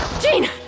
Gene